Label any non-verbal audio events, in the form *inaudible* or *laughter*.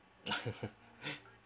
*laughs*